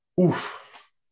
oof